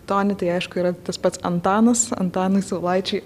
toni tai aišku yra tas pats antanas antanui saulaičiui